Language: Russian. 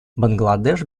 бангладеш